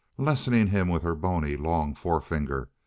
lessoning him with her bony, long forefinger,